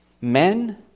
men